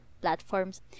platforms